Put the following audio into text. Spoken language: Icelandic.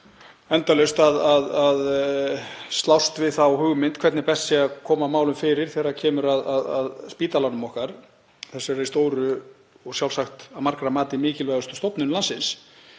endalaust að slást við þá hugmynd hvernig best sé að koma málum fyrir þegar kemur að spítalanum okkar, þessari stóru og sjálfsagt að margra mati mikilvægustu stofnun landsins.